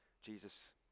Jesus